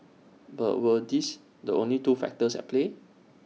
but were these the only two factors at play